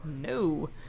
No